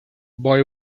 boy